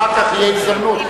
אחר כך תהיה הזדמנות.